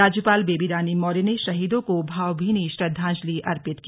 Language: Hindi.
राज्यपाल बेबी रानी मौर्य ने शहीदों को भावभीनी श्रद्धांजलि अर्पित की